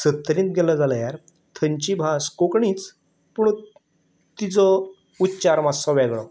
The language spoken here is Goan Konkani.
सत्तरींत गेलो जाल्यार थंयची भास कोंकणीच पूण तिचो उच्चार मातसो वेगळो